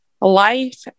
life